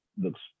looks